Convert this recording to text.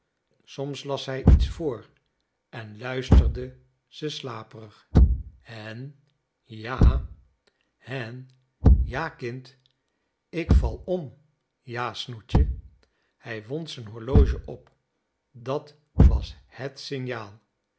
soms las hij iets voor en luisterde ze slaperig hen a hen ja kind ik val om ja snoetje hij wond z'n horloge op dat was h e t signaal